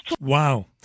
Wow